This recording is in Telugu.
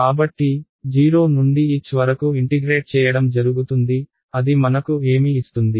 కాబట్టి 0 నుండి h వరకు ఇంటిగ్రేట్ చేయడం జరుగుతుంది అది మనకు ఏమి ఇస్తుంది